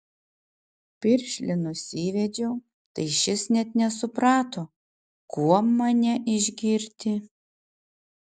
piršlį nusivedžiau tai šis net nesuprato kuom mane išgirti